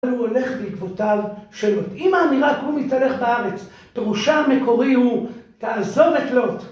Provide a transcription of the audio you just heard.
הוא הולך בעקבותיו שלו. אם האמירה קום והתהלך בארץ, פירושה המקורי הוא, תעזוב את לוט.